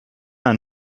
ein